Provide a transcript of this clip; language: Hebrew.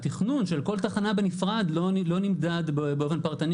התכנון של כל תחנה בנפרד לא נמדד באופן פרטני